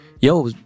Yo